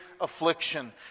affliction